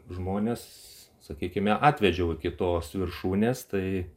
žmones sakykime atvedžiau iki tos viršūnės tai